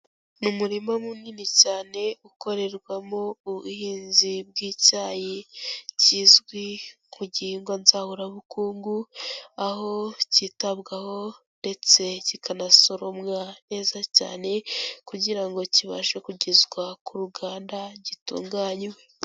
Mu murima munini cyane, ukorerwamo ubuhinzi bw'icyayi kizwi ku gihingwa nzahurabukungu, aho cyitabwaho ndetse kikanasoromwa neza cyane, kugira ngo kibashe kugezwa ku ruganda gitunganywe.